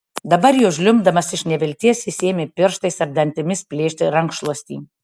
dabar jau žliumbdamas iš nevilties jis ėmė pirštais ir dantimis plėšti rankšluostį